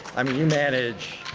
i mean, you manage